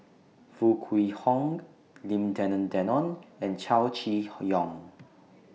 Foo Kwee Horng Lim Denan Denon and Chow Chee Yong